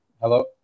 hello